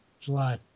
July